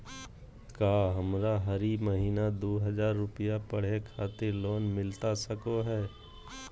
का हमरा हरी महीना दू हज़ार रुपया पढ़े खातिर लोन मिलता सको है?